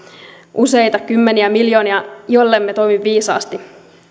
useita kymmeniä miljoonia jollemme toimi viisaasti